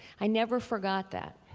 i never forgot that.